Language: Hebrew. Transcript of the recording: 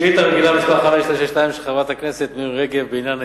חברת הכנסת מירי רגב שאלה את